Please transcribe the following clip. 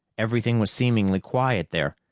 everything was seemingly quiet there.